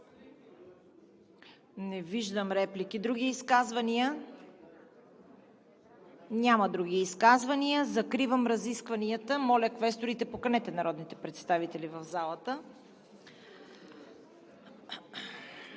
Не виждам. Други изказвания? Няма. Закривам разискванията. Моля, квесторите, поканете народните представители в залата.